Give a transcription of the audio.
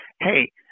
hey